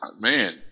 Man